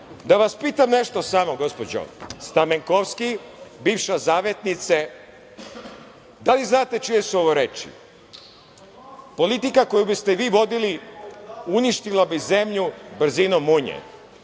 Da vas pitam nešto samo, gospođo Stamenkovski, bivša zavetnice, da li znate čije su ovo reči: „Politika koju ste vi vodili uništila bi zemlju brzinom munje.